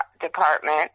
department